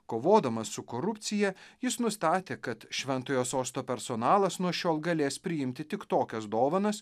kovodamas su korupcija jis nustatė kad šventojo sosto personalas nuo šiol galės priimti tik tokias dovanas